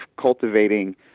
cultivating